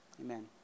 Amen